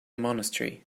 monastery